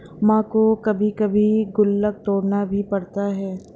मां को कभी कभी गुल्लक तोड़ना भी पड़ता है